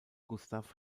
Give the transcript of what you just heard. gustav